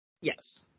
Yes